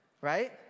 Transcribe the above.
Right